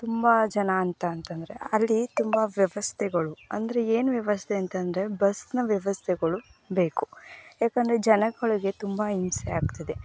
ತುಂಬ ಜನ ಅಂತ ಅಂತಂದರೆ ಅಲ್ಲಿ ತುಂಬ ವ್ಯವಸ್ಥೆಗಳು ಅಂದರೆ ಏನು ವ್ಯವಸ್ಥೆ ಅಂತಂದರೆ ಬಸ್ಸಿನ ವ್ಯವಸ್ಥೆಗಳು ಬೇಕು ಯಾಕಂದರೆ ಜನಗಳಿಗೆ ತುಂಬ ಹಿಂಸೆ ಆಗ್ತಿದೆ